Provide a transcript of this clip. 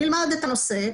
נלמד את הנושא.